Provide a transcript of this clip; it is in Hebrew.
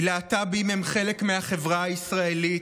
כי להט"בים הם חלק מהחברה הישראלית,